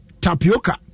tapioca